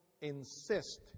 insist